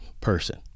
person